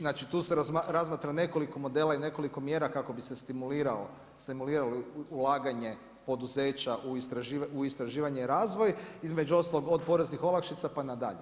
Znači, tu se razmatra nekoliko modela i nekoliko mjera kako bi se stimuliralo ulaganje poduzeća u istraživanje i razvoj između ostaloga od poreznih olakšica pa na dalje.